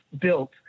built